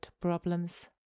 problems